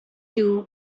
too